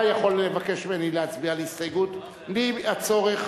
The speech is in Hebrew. יכול לבקש ממני להצביע על הסתייגות בלי הצורך,